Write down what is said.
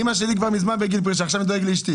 אימא שלי מזמן בגיל פרישה ועכשיו אני דואג לאשתי.